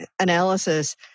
analysis